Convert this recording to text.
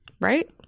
Right